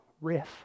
riff